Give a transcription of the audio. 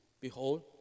Behold